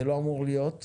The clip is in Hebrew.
זה לא אמור להיות,